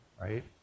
right